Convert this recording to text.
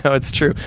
so it's true.